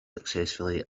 successfully